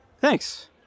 Thanks